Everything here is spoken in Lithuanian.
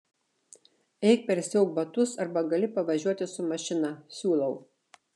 eik persiauk batus arba gali pavažiuoti su mašina siūlau